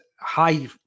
high